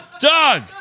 Doug